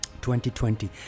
2020